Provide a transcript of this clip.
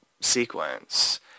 sequence